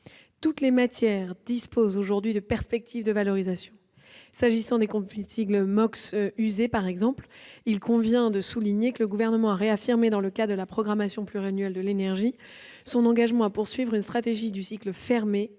Toutes les matières disposent aujourd'hui de perspectives de valorisation. S'agissant, par exemple, des combustibles MOX usés, le Gouvernement a réaffirmé, dans le cadre de la programmation pluriannuelle de l'énergie, son engagement à poursuivre une stratégie du cycle fermé